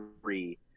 three